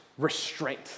restraint